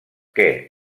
que